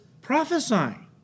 prophesying